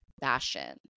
fashion